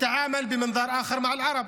שהיה בבית משפט ביום רביעי.